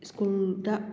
ꯁ꯭ꯀꯨꯜꯗ